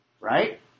right